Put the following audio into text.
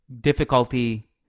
difficulty